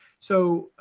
so,